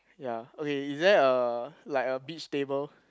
ya okay is there a like a beach table